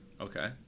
Okay